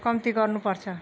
कम्ती गर्नु पर्छ